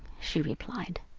she replied,